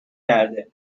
کرده